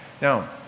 Now